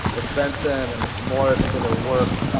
ms. benson and mr. morris for their work.